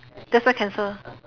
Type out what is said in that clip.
that's why cancel